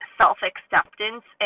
self-acceptance